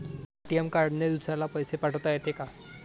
ATM कार्डने दुसऱ्याले पैसे पाठोता येते का?